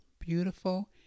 beautiful